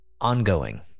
ongoing